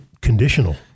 conditional